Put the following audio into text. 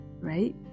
right